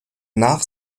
nach